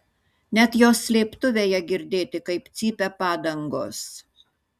net jos slėptuvėje girdėti kaip cypia padangos